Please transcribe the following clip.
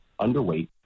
underweight